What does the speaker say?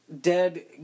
dead